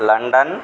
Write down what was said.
London